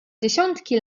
dziesiątki